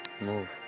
move